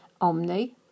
Omni